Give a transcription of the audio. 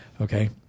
okay